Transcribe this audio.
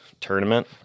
tournament